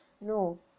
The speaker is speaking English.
No